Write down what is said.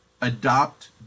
adopt